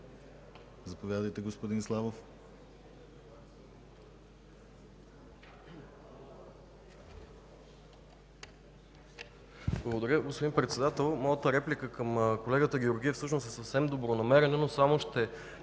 Заповядайте, господин Славов.